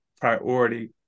priority